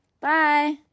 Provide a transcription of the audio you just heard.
Bye